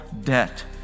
debt